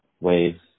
waves